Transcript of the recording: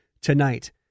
tonight